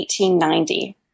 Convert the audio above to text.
1890